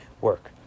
work